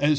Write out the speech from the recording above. a